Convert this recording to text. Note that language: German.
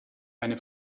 eine